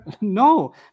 No